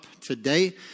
today